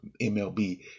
MLB